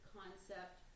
concept